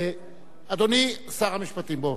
אדוני היושב-ראש, כנסת נכבדה,